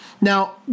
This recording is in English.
Now